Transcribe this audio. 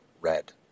red